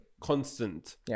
constant